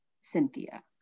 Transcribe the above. Cynthia